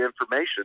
information